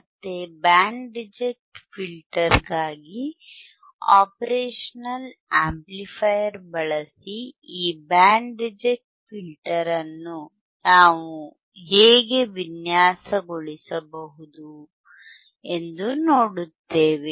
ಮತ್ತೆ band reject ಫಿಲ್ಟರ್ಗಾಗಿ operational amplifier ಬಳಸಿ ಈ ಬ್ಯಾಂಡ್ ರಿಜೆಕ್ಟ್ ಫಿಲ್ಟರ್ ಅನ್ನು ನಾವು ಹೇಗೆ ವಿನ್ಯಾಸಗೊಳಿಸಬಹುದು ಎಂದು ನೋಡುತ್ತೇವೆ